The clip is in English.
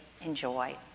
enjoy